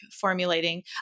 formulating